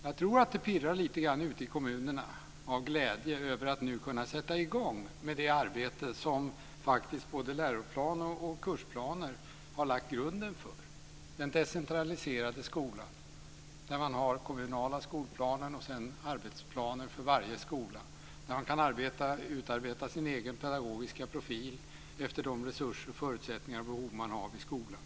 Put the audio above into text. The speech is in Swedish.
Jag tror att det pirrar lite grann av glädje ute i kommunerna av att nu kunna sätta i gång med det arbete som både läroplan och kursplaner har lagt grunden för, dvs. den decentraliserade skolan. Det finns den kommunala skolplanen och sedan arbetsplaner för varje skola. De kan utarbeta sin egen pedagogiska profil efter de resurser, förutsättningar och behov som finns i skolan.